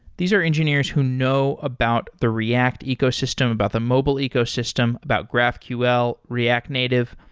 these are engineers who know about the react ecosystem, about the mobile ecosystem, about graphql, react native.